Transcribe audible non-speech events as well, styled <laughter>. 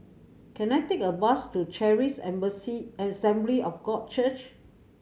can I take a bus to Charis <unintelligible> Assembly of God Church